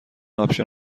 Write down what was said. آپشن